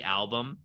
album